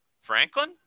Franklin